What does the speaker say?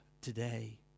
today